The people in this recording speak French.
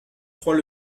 trois